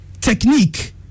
technique